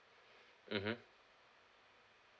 mmhmm